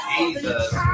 Jesus